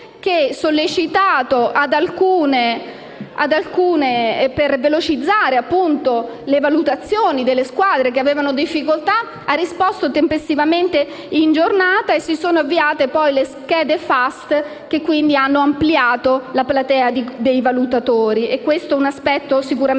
che, sollecitato a velocizzare le valutazioni della squadre che avevano difficoltà, ha risposto tempestivamente, in giornata, così da avviare poi le schede Fast, che hanno ampliato la platea dei valutatori. Questo è sicuramente